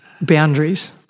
boundaries